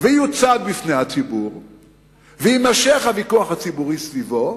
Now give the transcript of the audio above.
ויוצג בפני הציבור ויימשך הוויכוח הציבורי סביבו,